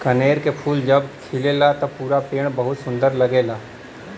कनेर के फूल जब खिलला त पूरा पेड़ बहुते सुंदर लगला